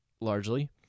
largely